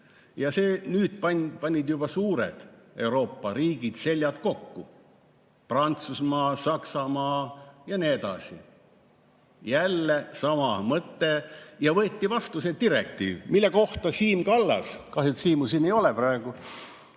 siin. Nüüd panid juba suured Euroopa riigid seljad kokku, Prantsusmaa, Saksamaa ja nii edasi. Jälle sama mõte. Ja võeti vastu see direktiiv, mille kohta Siim Kallas – kahju, et Siimu ei ole siin ei ole praegu